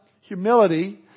humility